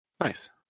nice